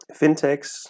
fintechs